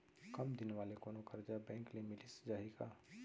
कम दिन वाले कोनो करजा बैंक ले मिलिस जाही का?